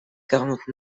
quarante